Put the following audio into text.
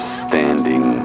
standing